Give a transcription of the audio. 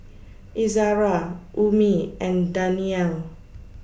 Izara Ummi and Danial